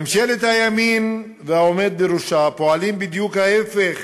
ממשלת הימין והעומד בראשה פועלים בדיוק להפך